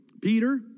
Peter